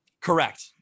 Correct